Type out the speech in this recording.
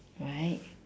right